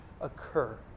occur